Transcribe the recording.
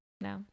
No